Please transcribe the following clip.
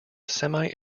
semi